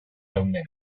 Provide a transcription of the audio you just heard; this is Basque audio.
geunden